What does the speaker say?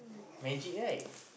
magic right